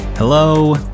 Hello